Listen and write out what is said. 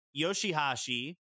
Yoshihashi